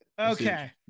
Okay